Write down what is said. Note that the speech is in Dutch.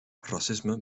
racisme